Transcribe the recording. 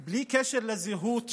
בלי קשר לזהות שלה,